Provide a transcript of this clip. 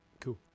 cool